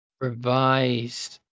Revised